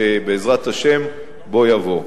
שבעזרת השם בוא יבוא.